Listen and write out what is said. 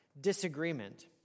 disagreement